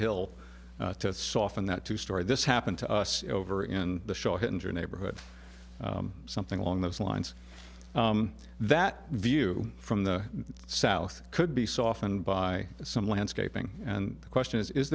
hill to soften that two story this happened to us over in the show it in your neighborhood something along those lines that view from the south could be softened by some landscaping and the question is is